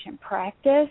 practice